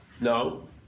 No